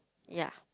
ya